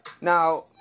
Now